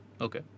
Okay